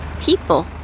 People